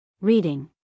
Reading